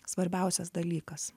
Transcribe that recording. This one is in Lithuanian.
svarbiausias dalykas